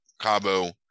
Cabo